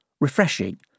refreshing